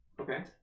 Okay